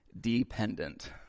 dependent